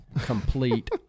Complete